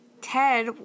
Ted